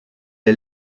est